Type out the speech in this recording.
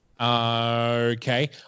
Okay